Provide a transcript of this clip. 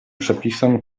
przepisem